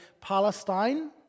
Palestine